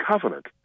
Covenant